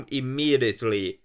immediately